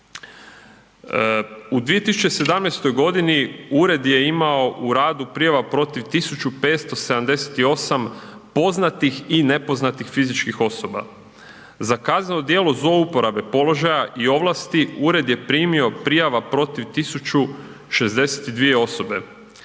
U 2017.g. ured je imao u radu prijava protiv 1578 poznatih i nepoznatih fizičkih osoba, za kazneno djelo zlouporabe položaja i ovlasti ured je primio prijava protiv 1062 osobe,